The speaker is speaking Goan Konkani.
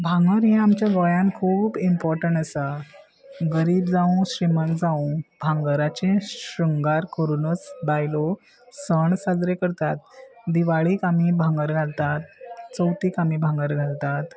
भांगर हे आमच्या गोंयान खूब इम्पोर्टंट आसा गरीब जावूं श्रीमंत जावूं भांगराचे शृंगार करुनूच बायलो सण साजरे करतात दिवाळीक आमी भांगर घालतात चवथीक आमी भांगर घालतात